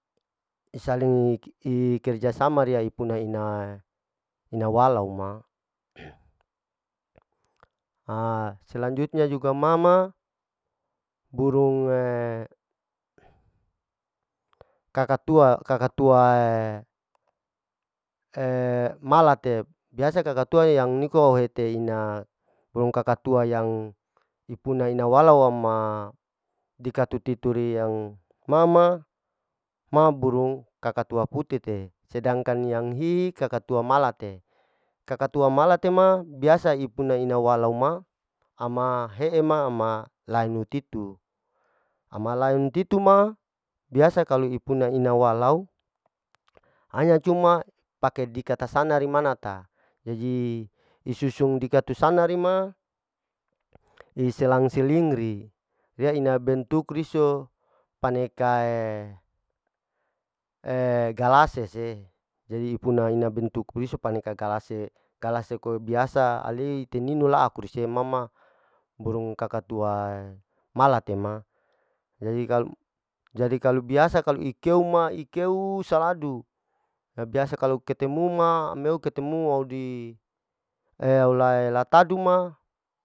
Isaling ikerja sama riya ipuna ina, ina walau ma, ha selanjutnya juga ma ma burung kaka tua, kaka tua malate biasa kaka tua yang niko au hete ina burung kaka tua yang ipuna ina walau ama dikatuturi yang ma ma, ma burung kaka tua pute te, sedangkan yang hihi kaka tua malate, kaka tua malate ma biasa ipuna ina walau ma, ama he'e ma, ama lae nutitu ama lain nutitu ma biasa kalu ipuna ina walao, hanya cuma pakata dikata sari dimanata, jaji isusung dikata sanarinuma di selang seling ri, pea ina bentuk riso paneka galas sese, jaji ipuna ina bentuk wisu paneka galase, galas seso biasa alei ti ninu laku rese ma ma burung kaka tua maletema jaji kalu, jadi kalu biasa kalau ikeo ma ikeuuu saladu ta biasa kalu ketemu ma ameo ketemu audi lataduma.